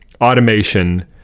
automation